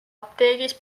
apteegis